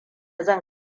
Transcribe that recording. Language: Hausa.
zan